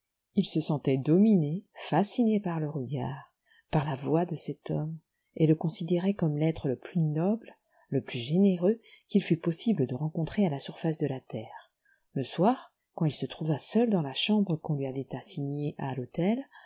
il se sentait dominé fasciné par le regard par la voix de cet homme et le considérait comme l'être le plus noble le plus généreux qu'il fût possible de rencontrer à la surface de la terre le soir quand il se trouva seul dans la chambre qu'on lui avait assignée à l'hôtel